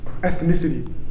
ethnicity